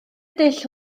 dull